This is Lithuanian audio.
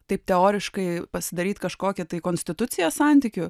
taip teoriškai pasidaryt kažkokią tai konstituciją santykių